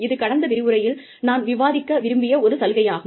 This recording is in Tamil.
இது கடந்த விரிவுரையில் நான் விவாதிக்க விரும்பிய ஒரு சலுகையாகும்